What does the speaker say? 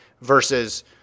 versus